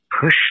push